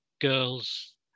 girls